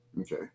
Okay